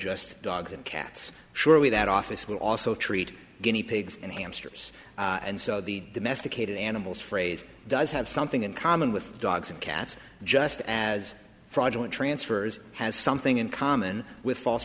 just dogs and cats surely that office will also treat guinea pigs and hamsters and so the domesticated animals phrase does have something in common with dogs and cats just as fraudulent transfers has something in common with false